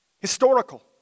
Historical